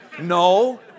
No